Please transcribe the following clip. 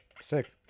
Sick